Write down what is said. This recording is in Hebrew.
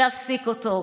להפסיק אותו.